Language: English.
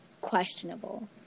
questionable